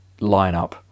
lineup